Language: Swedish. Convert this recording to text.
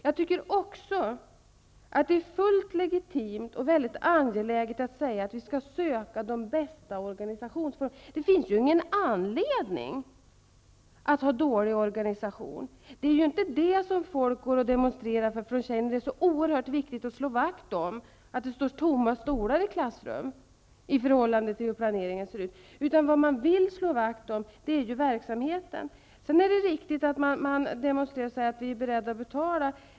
Jag tycker också att det är fullt legitimt och väldigt angeläget att säga att vi skall söka de bästa organisationsformerna. Det finns ingen anledning att ha en dålig organisation. Folk har inte gått ut och demonstrerat för att slå vakt om tomma stolar i ett klassrum, utan de vill slå vakt om verksamheten. Det är riktigt att folk har demonstrerat och sagt att de är beredda att betala.